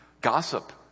gossip